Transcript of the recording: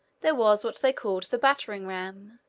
there was what they called the battering ram,